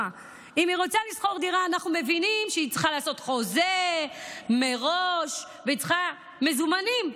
אנחנו מבינים שהיא צריכה לעשות חוזה מראש והיא צריכה מזומנים.